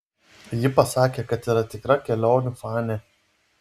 ji pasakė kad yra tikra kelionių fanė